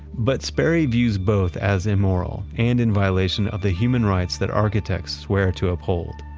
but sperry views both as immoral, and in violation of the human rights that architects swear to uphold.